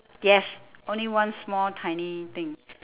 yes only one small tiny thing